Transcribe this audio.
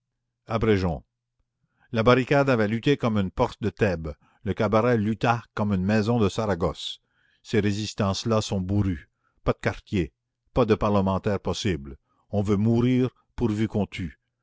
abrégeons la barricade avait lutté comme une porte de thèbes le cabaret lutta comme une maison de saragosse ces résistances là sont bourrues pas de quartier pas de parlementaire possible on veut mourir pourvu qu'on tue